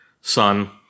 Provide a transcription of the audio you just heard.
son